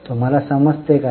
तुम्हाला समजतय का